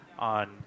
On